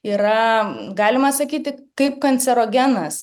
yra galima sakyti kaip kancerogenas